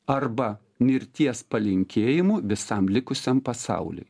arba mirties palinkėjimu visam likusiam pasauliui